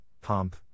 pump